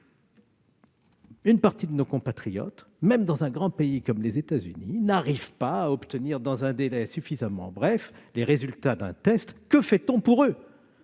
une partie de nos compatriotes, même dans un grand pays comme les États-Unis, n'arrivent pas à obtenir dans un délai suffisamment bref les résultats d'un test. Dès lors, que fait-on pour eux ?